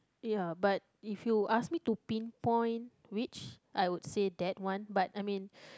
ya but if you ask me to pinpoint which I would say that one but I mean